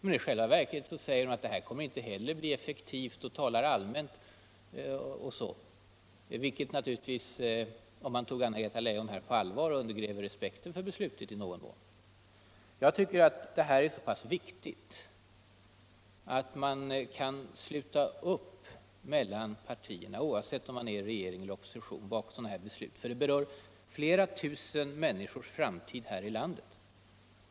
I själva verket säger hon att detta inte heller kommer att bli effektivt, vilket i någon mån — om man tar Anna Greta Leijon på allvar — undergräver respekten för beslutet. Jag tycker att det är viktigt att de olika partierna, oavsett om de tillhör regeringen eller oppositionen, bör kunna sluta upp bakom sådana här beslut. De berör flera tusen människors framtid här i landet.